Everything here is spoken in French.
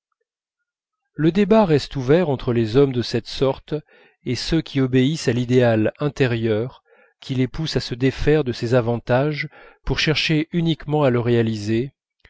le débat reste ouvert entre les hommes de cette sorte et ceux qui obéissent à l'idéal intérieur qui les pousse à se défaire de ces avantages pour chercher uniquement à le réaliser